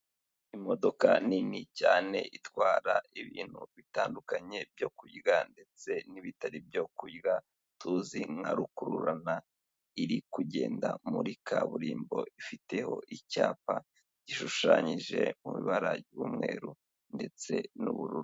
Imodoka nini cyane itwara ibintu bitandukanye byo kurya, ndetse n'ibitari ibyo kurya tuzi nka rukururana, iri kugenda muri kaburimbo ifiteho icyapa gishushanyije mu ibara ry'umweru ndetse n'ubururu.